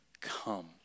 come